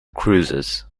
cruisers